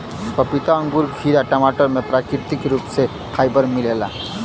पपीता अंगूर खीरा टमाटर में प्राकृतिक रूप से फाइबर मिलेला